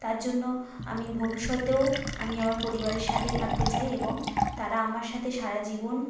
তার জন্য আমি ভবিষ্যতেও আমি আমার পরিবারের সাথে থাকতে চাই এবং তারা আমার সাথে সারা জীবন